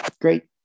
great